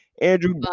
Andrew